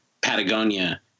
Patagonia